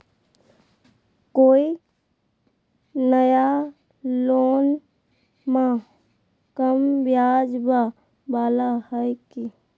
कोइ नया लोनमा कम ब्याजवा वाला हय की?